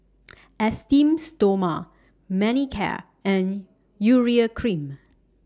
Esteem Stoma Manicare and Urea Cream